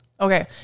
Okay